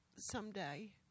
someday